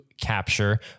capture